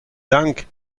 dank